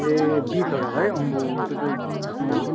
ए बिस हजार है आम्बो त्यो त अँ